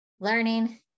learning